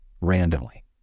randomly